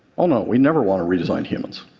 oh no, we never want to redesign humans.